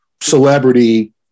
celebrity